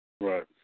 Right